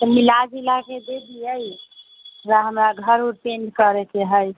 तऽ मिलजुलाके दे दिअ ओएह हमरा घर उर पेन्ट करैके हइ